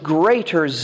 greater